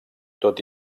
tot